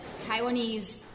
Taiwanese